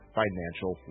financial